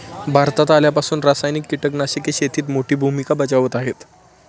भारतात आल्यापासून रासायनिक कीटकनाशके शेतीत मोठी भूमिका बजावत आहेत